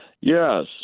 Yes